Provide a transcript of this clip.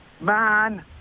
Man